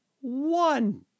one